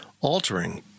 altering